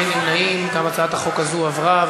גם הצעת החוק הזאת עברה,